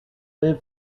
live